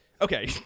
Okay